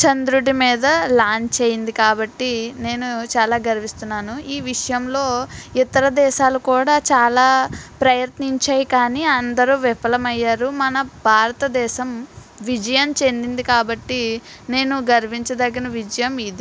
చంద్రుడి మీద లాంచ్ అయ్యింది కాబట్టి నేను చాలా గర్విస్తున్నాను ఈ విషయంలో ఇతర దేశాలు కూడా చాలా ప్రయత్నించాయి కానీ అందరు విఫలం అయ్యారు మన భారతదేశం విజయం చెందింది కాబట్టి నేను గర్వించదగిన విజయం ఇది